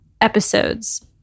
episodes